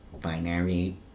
Binary